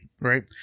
Right